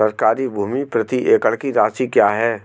सरकारी भूमि प्रति एकड़ की राशि क्या है?